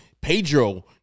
Pedro